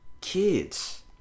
kids